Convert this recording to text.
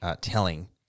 telling